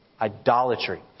Idolatry